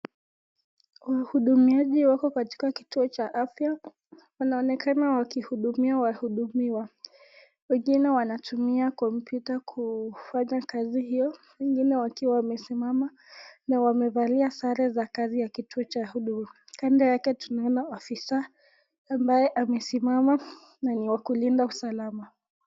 Wahudumiaji wako katika kituo cha afya wanaonekana wakihudumia wahudumiwa, wengine wanatumia (cs) computer (cs) kufanya kazi hio , wengine wakiwa wamesimama na wamevalia sare za kazi ya kituo cha huduma ,kando yake tunaona ofisa ambaye amesimama na ni wa kulinda usalama.